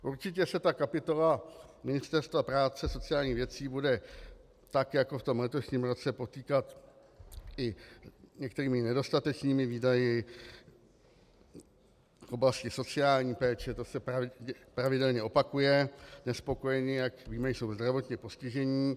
Určitě se ta kapitola Ministerstva práce a sociálních věcí bude tak jako v letošním roce potýkat i s některými nedostatečnými výdaji v oblasti sociální péče, to se pravidelně opakuje, nespokojeni, jak víme, jsou zdravotně postižení.